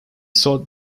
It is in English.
sought